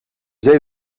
deden